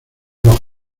bajo